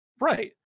Right